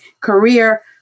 career